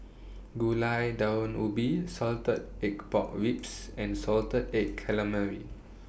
Gulai Daun Ubi Salted Egg Pork Ribs and Salted Egg Calamari